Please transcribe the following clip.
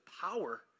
power